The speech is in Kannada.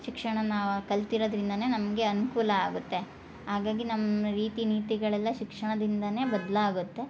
ಶಿಕ್ಷಣನ ನಾವು ಕಲ್ತಿರೋದರಿಂದನೆ ನಮಗೆ ಅನುಕೂಲ ಆಗತ್ತೆ ಹಾಗಾಗಿ ನಮ್ಮ ರೀತಿ ನೀತಿಗಳೆಲ್ಲ ಶಿಕ್ಷಣದಿಂದನೆ ಬದಲಾಗತ್ತೆ